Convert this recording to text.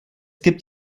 gibt